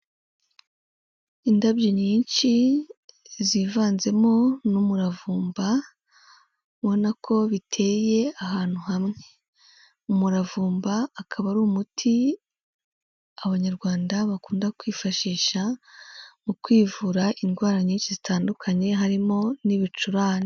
Indabyo nyinshi zivanzemo n'umuravumba ubona ko biteye ahantu hamwe, umuravumba akaba ari umuti abanyarwanda bakunda kwifashisha mu kwivura indwara nyinshi zitandukanye harimo n'ibicurane.